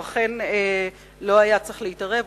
הוא אכן לא היה צריך להתערב,